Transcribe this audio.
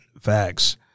Facts